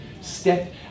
step